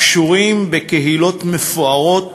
הקשורים בקהילות מפוארות